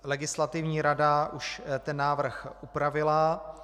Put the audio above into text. Legislativní rada už ten návrh upravila.